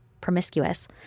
promiscuous